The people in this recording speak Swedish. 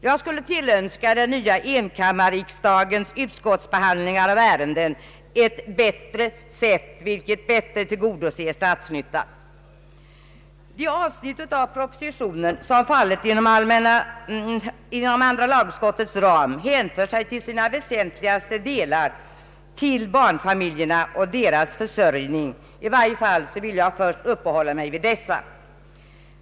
Jag skulle önska den nya enkammarriksdagens <utskottsbehandlingar att ärenden behandlas på ett sätt som bättre tillgodoser statsnyttan. De avsnitt av propositionen som fallit inom andra lagutskottets ram hänför sig till väsentligare delar till barnfamiljerna och deras försörjning. I varje fall vill jag först uppehålla mig vid denna fråga.